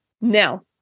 now